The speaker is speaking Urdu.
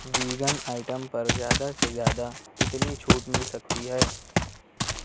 ویگن آئٹم پر زیادہ سے زیادہ کتنی چھوٹ مل سکتی ہے